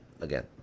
again